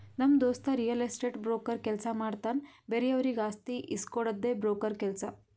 ನಮ್ ದೋಸ್ತ real estate broker ಕೆಲ್ಸ ಮಾಡ್ತಾನ್ ಬೇರೆವರಿಗ್ ಆಸ್ತಿ ಇಸ್ಕೊಡ್ಡದೆ ಬ್ರೋಕರ್ ಕೆಲ್ಸ